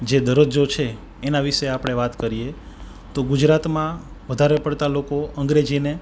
જે દરજ્જો છે એના વિશે આપણે વાત કરીએ તો ગુજરાતમાં વધારે પડતા લોકો અંગ્રેજીને